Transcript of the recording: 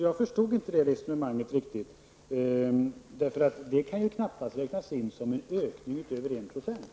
Jag förstår inte det resonemanget riktigt. Det kan knappast räknas in som en ökning utöver 1 %.